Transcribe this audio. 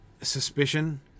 suspicion